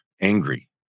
angry